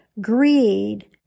greed